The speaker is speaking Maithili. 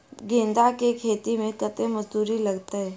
गेंदा केँ खेती मे कतेक मजदूरी लगतैक?